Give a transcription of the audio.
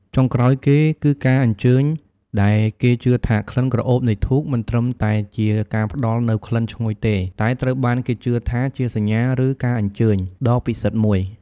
ចុងក្រោយគេ គឺការអញ្ជើញដែលគេជឿថាក្លិនក្រអូបនៃធូប មិនត្រឹមតែជាការផ្តល់នូវក្លិនឈ្ងុយទេ តែត្រូវបានគេជឿថាជា សញ្ញា ឬ ការអញ្ជើញ ដ៏ពិសិដ្ឋមួយ។